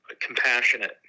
compassionate